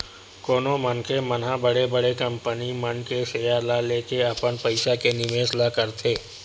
कोनो मनखे मन ह बड़े बड़े कंपनी मन के सेयर ल लेके अपन पइसा के निवेस ल करथे